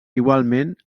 igualment